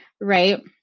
right